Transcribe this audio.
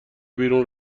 بیرون